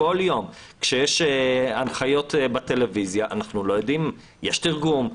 כשיש הנחיות בטלוויזיה אנחנו לא יודעים יש תרגום?